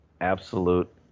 absolute